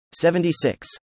76